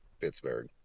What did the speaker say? Pittsburgh